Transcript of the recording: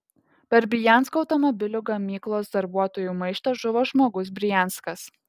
per briansko automobilių gamyklos darbuotojų maištą žuvo žmogus brianskas